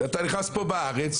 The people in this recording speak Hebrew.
ואתה נכנס פה בארץ,